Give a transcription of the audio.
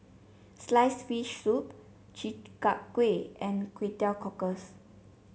sliced fish soup Chi Kak Kuih and Kway Teow Cockles